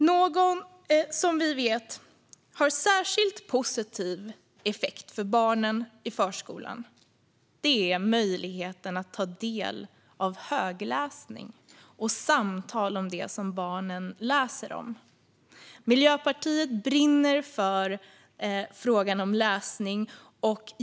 Något som vi vet har särskilt positiv effekt för barnen i förskolan är möjligheten att ta del av högläsning och samtal om det som barnen läser om. Miljöpartiet brinner för frågan om läsning.